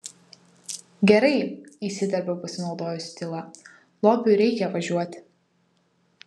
gerai įsiterpiau pasinaudojusi tyla lopui reikia važiuoti